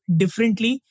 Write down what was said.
differently